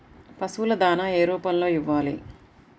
పశువుల దాణా ఏ రూపంలో ఇవ్వాలి?